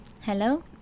Hello